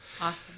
Awesome